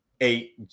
eight